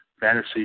Fantasy